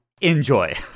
enjoy